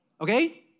Okay